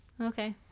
Okay